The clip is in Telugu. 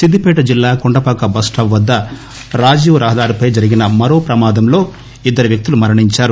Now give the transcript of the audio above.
సిద్ధిపేట జిల్లా కొండపాక బస్స్టాప్ వద్ద రాజీవ్ రహదారిపై జరిగిన మరో ప్రమాదంలో ఇద్దరు వ్యక్తులు మరణించారు